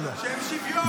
כי אין שוויון.